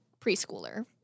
preschooler